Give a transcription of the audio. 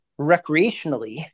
recreationally